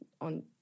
on